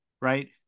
right